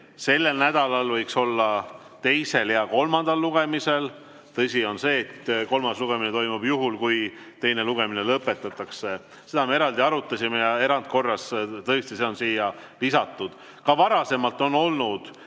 sellel nädalal olla teisel ja kolmandal lugemisel. Tõsi on, et kolmas lugemine toimub juhul, kui teine lugemine lõpetatakse. Seda me eraldi arutasime ja erandkorras on see tõesti siia lisatud. Ka varasemalt on vaid